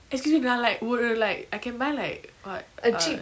excuse me we are like would I like I can buy like what uh